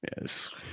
Yes